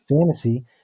Fantasy